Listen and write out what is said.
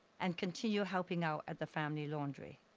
and continued helping out at the family laundry.